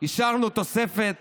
אישרנו תוספת